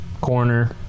corner